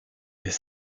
des